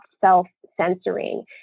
self-censoring